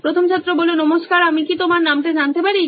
প্রথম ছাত্র নমস্কার আমি কি তোমার নামটা প্রথমে জানতে পারি